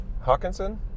Hawkinson